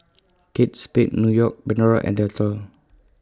Kate Spade New York Pandora and Dettol